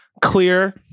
clear